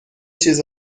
چیز